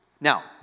Now